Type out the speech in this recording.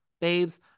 babes